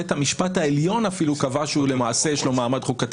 בית המשפט העליון אפילו קבע שלמעשה יש לו מעמד חוקתי